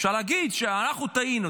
אפשר להגיד: אנחנו טעינו.